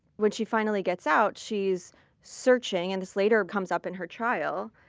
when she finally gets out, she's searching, and this later it comes up in her trial.